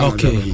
Okay